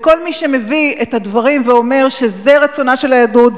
וכל מי שמביא את הדברים ואומר שזה רצונה של היהדות,